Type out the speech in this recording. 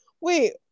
wait